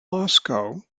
moscow